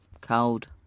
Cold